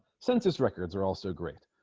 census records are also great